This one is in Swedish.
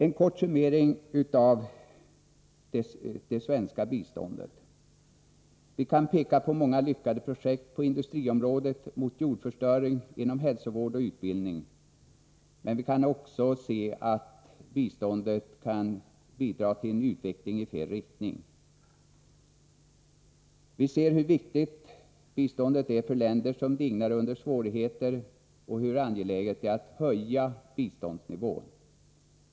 En kort summering av det svenska biståndet: Vi kan peka på många lyckade projekt, på industriområdet, mot jordförstöring, inom hälsovård och utbildning. Men vi ser också hur biståndet kan bidra till en utveckling i fel riktning. Vi ser hur viktigt biståndet kan vara för länder som dignar under svårigheter och hur angeläget det är att höja biståndsnivån.